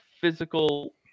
physical